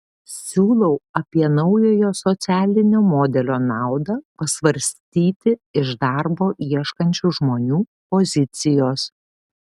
siūlau apie naujojo socialinio modelio naudą pasvarstyti iš darbo ieškančių žmonių pozicijos